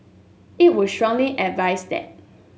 it would strongly advise that